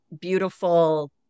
beautiful